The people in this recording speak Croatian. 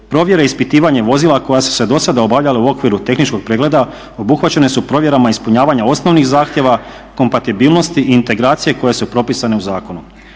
Provjere ispitivanja vozila koja su se do sada obavljala u okviru tehničkog pregleda obuhvaćene su provjerama ispunjavanja osnovnih zahtjeva kompatibilnosti i integracije koje su propisane u zakonu.